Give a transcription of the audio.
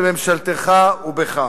בממשלתך ובך.